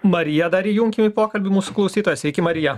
marija dar įjunkim į pokalbį mūsų klausytoją sveiki marija